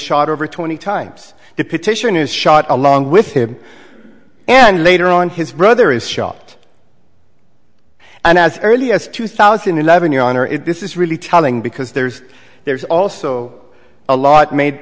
shot over twenty times the petition is shot along with him and later on his brother is shocked and as early as two thousand and eleven your honor if this is really telling because there's there's also a lot made